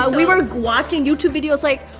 we were watching youtube videos, like,